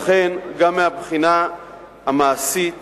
לכן, גם מהבחינה המעשית